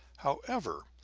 however,